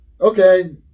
Okay